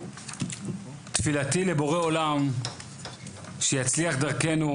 תפילתי לבורא עולם שיצליח דרכנו,